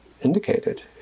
indicated